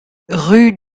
rue